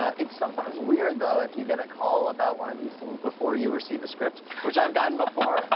ah it's sometimes weird, though, if you get a call about one of these scenes before you receive a script, which i've gotten before.